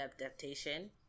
adaptation